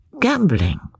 Gambling